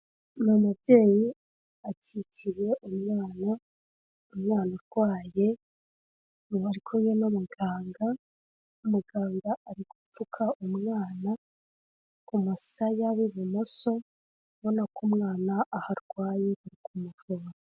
Ni umubyeyi akikiye umwana, umwana urwaye, bari kumwe n'umuganga, umuganga ari gupfuka umwana ku musaya w'ibumoso, ubona ko umwana aha arwaye, bari ku kumuvura.